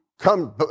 Come